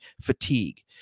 fatigue